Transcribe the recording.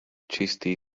čistý